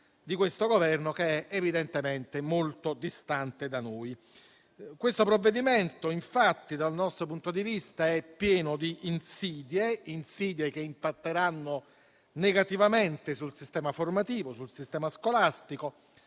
di questo Governo, che evidentemente è molto distante da noi. Questo provvedimento, infatti, dal nostro punto di vista, è pieno di insidie che impatteranno negativamente sul sistema formativo, sul sistema scolastico,